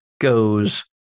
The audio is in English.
goes